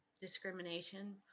discrimination